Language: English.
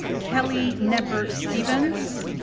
kelly knepper-stephens?